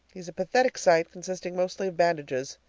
he's a pathetic sight, consisting mostly of bandages.